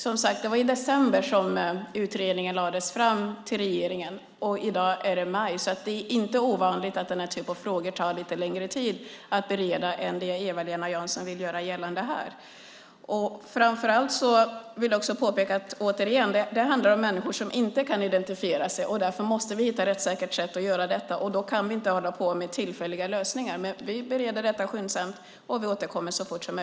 Det var som sagt i december som utredningen lades fram för regeringen, och i dag är det juni. Det är inte ovanligt att den här typen av frågor tar lite längre tid att bereda än vad Eva-Lena Jansson vill göra gällande här. Återigen vill jag påpeka att det handlar om människor som inte kan identifiera sig. Därför måste vi hitta ett rättssäkert sätt att göra detta, och då kan vi inte hålla på med tillfälliga lösningar.